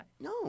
No